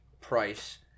price